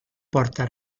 porta